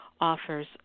offers